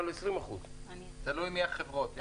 תלוי מי החברות.